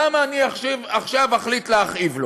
למה אני עכשיו אחליט להכאיב לו?